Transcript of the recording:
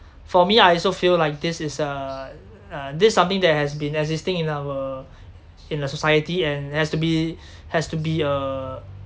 for me I also feel like this is uh uh this something that has been existing in our in uh society and has to be has to be err